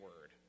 word